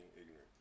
ignorant